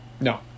No